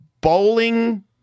bowling